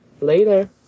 Later